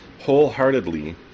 wholeheartedly